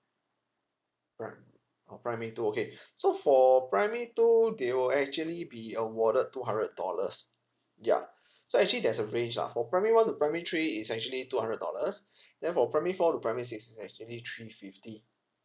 alright oh primary two okay so for primary two they will actually be awarded two hundred dollars ya so actually there's a range lah for primary one to primary three it's actually two hundred dollars then for primary four to primary six it's actually three fifty